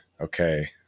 okay